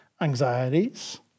anxieties